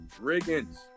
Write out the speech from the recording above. Riggins